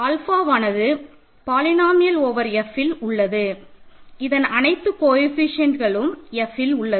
ஆல்ஃபாவானது polynomial over Fல் உள்ளது இதன் அனைத்து கோஏஃபிசிஎன்ட்களும் Fல் உள்ளது